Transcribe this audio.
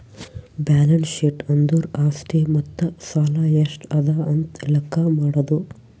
balance sheet ಅಂದುರ್ ಆಸ್ತಿ ಮತ್ತ ಸಾಲ ಎಷ್ಟ ಅದಾ ಅಂತ್ ಲೆಕ್ಕಾ ಮಾಡದು